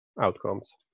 outcomes